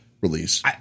release